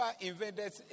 invented